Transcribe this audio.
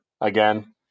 again